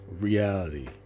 reality